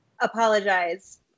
apologize